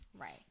Right